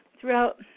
throughout